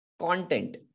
content